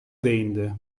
değindi